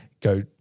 go